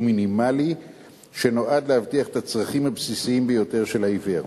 מינימלי שנועד להבטיח את הצרכים הבסיסיים ביותר של העיוור.